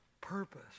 purpose